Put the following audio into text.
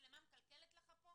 המצלמה מקלקלת לך את הטיפול?